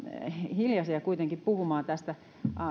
hiljaisia kuitenkin puhumaan tästä